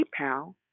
PayPal